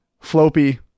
Floppy